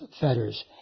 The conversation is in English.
fetters